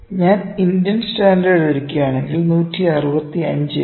ഞാൻ Indian standard എടുക്കുകയാണെങ്കിൽ 165 ഇടാം